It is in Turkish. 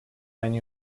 aynı